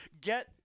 get